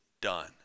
done